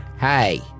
Hey